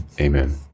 Amen